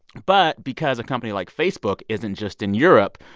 but because a company like facebook isn't just in europe,